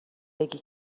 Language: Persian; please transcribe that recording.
بگی